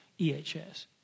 EHS